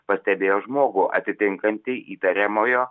pastebėjo žmogų atitinkantį įtariamojo